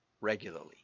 regularly